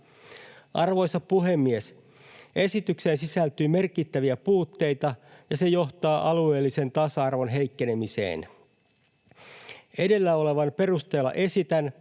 Arvoisa puhemies! Esitykseen sisältyy merkittäviä puutteita, ja se johtaa alueellisen tasa-arvon heikkenemiseen. Edellä olevan perusteella esitän,